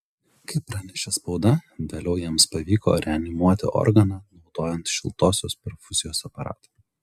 kaip pranešė spauda vėliau jiems pavyko reanimuoti organą naudojant šiltosios perfuzijos aparatą